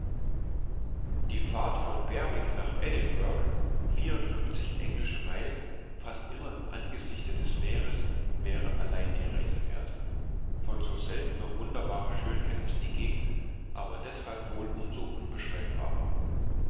die fahrt von berwick nach edinburgh vierundfünfzig englische meilen fast immer im angesichte des meeres wäre allein die reise wert von so seltener wunderbarer schönheit ist die gegend aber deshalb wohl umso unbeschreibbarer